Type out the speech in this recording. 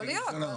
יכול להיות.